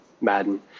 Madden